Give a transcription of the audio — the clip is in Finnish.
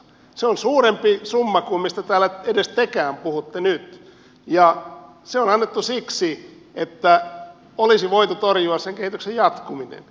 se on suurempi summa kuin mistä täällä edes tekään puhutte nyt ja se on annettu siksi että olisi voitu torjua sen kehityksen jatkuminen